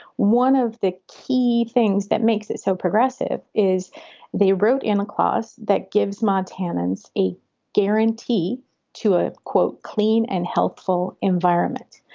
one of the key things that makes it so progressive is they wrote in a clause that gives montanans a guarantee to a, quote, clean and healthful environment.